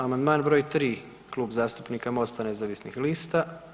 Amandman broj 3 Klub zastupnika Mosta nezavisnih lista.